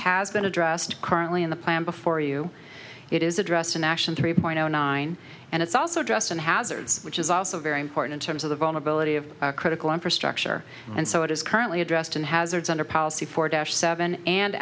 has been addressed currently in the plan before you it is addressed in action three point zero nine and it's also addressed in hazards which is also very important terms of the vulnerability of critical infrastructure and so it is currently addressed in hazards under policy for dash seven and